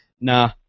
nah